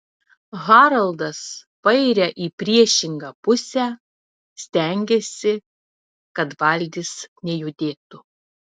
haraldas pairia į priešingą pusę stengiasi kad valtis nejudėtų